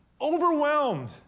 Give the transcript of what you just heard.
overwhelmed